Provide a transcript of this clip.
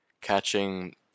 catching